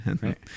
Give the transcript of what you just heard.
Right